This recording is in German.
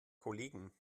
kollegen